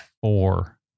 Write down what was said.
four